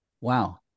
wow